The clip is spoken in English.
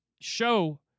show